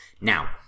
now